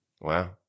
Wow